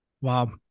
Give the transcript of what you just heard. Wow